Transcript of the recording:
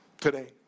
today